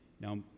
Now